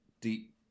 deep